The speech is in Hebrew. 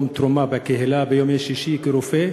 כתרומה לקהילה, בימי שישי כרופא,